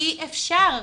אי אפשר,